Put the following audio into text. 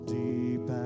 deep